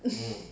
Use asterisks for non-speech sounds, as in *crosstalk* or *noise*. *breath*